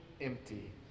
empty